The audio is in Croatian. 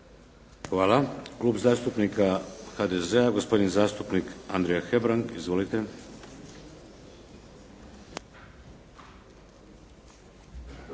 Hvala. Klub zastupnika HDZ-a gospodin zastupnik Andrija Hebrang. Izvolite.